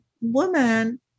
woman